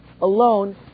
alone